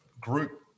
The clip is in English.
group